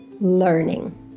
learning